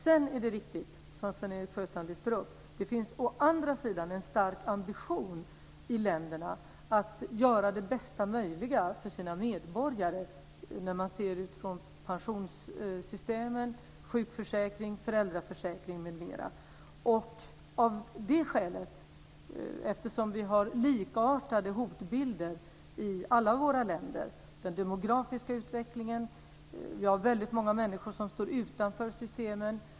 Sedan är det riktigt, som Sven-Erik Sjöstrand lyfter upp, att det finns en stark ambition i länderna att göra det bästa möjliga för sina medborgare utifrån pensionssystemen, sjukförsäkring, föräldraförsäkring m.m. Vi har likartade hotbilder i alla våra länder. Det handlar om den demografiska utvecklingen och om att vi har väldigt många människor som står utanför systemen.